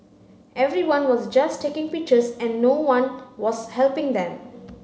everyone was just taking pictures and no one was helping them